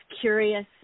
curious